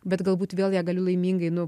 bet galbūt vėl ją galiu laimingai nu